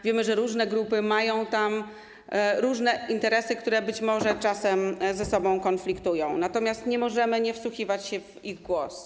Wiemy, że różne grupy mają tam różne interesy, które być może czasem ze sobą kolidują, natomiast nie możemy nie wsłuchiwać się w ich głos.